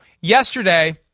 yesterday